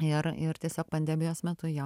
ir ir tiesiog pandemijos metu jo